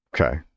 Okay